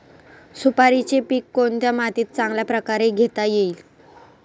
सुपारीचे पीक कोणत्या मातीत चांगल्या प्रकारे घेता येईल?